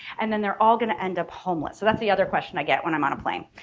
and then they're all gonna end up homeless, so that's the other question i get when i'm on a plane.